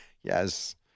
Yes